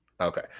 Okay